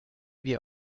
wir